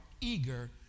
eager